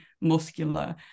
muscular